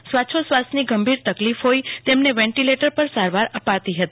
શ્ર્વાશ્ર્વાસની ગંભીર તકલીફ હોઈ તેમને વેન્ટીલેટર પર સારવાર અપાતી હતી